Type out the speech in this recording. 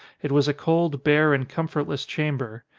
it was a cold, bare, and comfortless chamber.